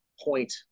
point